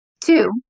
Two